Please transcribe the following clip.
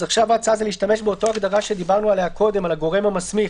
אז עכשיו נשתמש באותה הגדרה שדיברנו עליה קודם על הגורם המסמיך.